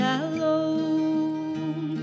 alone